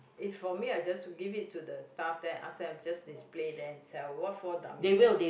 if for me I'll just give it to the staff there ask them just display then sell what for dump there